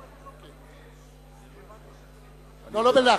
בבקשה, אם אדוני השר רוצה לשאול, ישאל, לא בלחש,